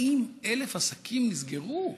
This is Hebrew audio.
40,000 עסקים נסגרו.